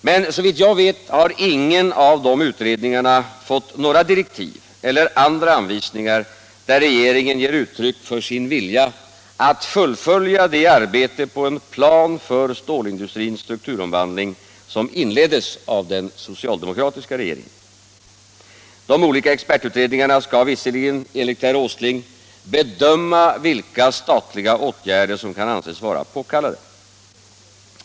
Men såvitt jag vet har ingen av dessa utredningar fått några direktiv eller andra anvisningar, där regeringen ger uttryck för sin vilja att fullfölja det arbete på en plan för stålindustrins strukturomvandling, som inleddes av den socialdemokratiska regeringen. De olika expertutredningarna skall visserligen enligt herr Åsling bedöma vilka statliga åtgärder som kan anses vara påkallade.